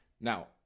Now